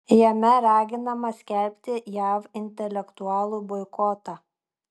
jame raginama skelbti jav intelektualų boikotą